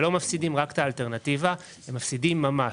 הם לא מפסידים רק את האלטרנטיבה; הם מפסידים ממש.